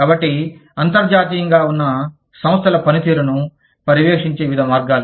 కాబట్టి అంతర్జాతీయంగా ఉన్న సంస్థల పనితీరును పర్యవేక్షించే వివిధ మార్గాలు